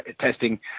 testing